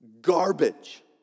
garbage